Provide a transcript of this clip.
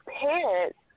parents